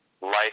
life